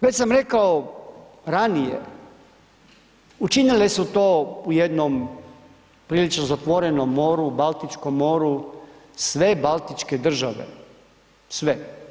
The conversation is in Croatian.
Već sam rekao ranije, učinile su to u jednom priličnom zatvorenom moru, u Baltičkom moru, sve baltičke države, sve.